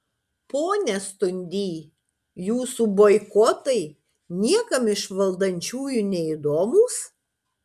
pone stundy jūsų boikotai niekam iš valdančiųjų neįdomūs